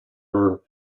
her